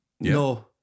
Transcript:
no